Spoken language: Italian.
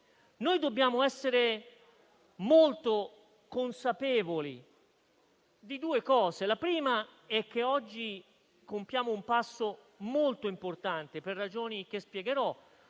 Noi dobbiamo essere molto consapevoli di due cose. La prima è che oggi compiamo un passo molto importante, per ragioni che spiegherò;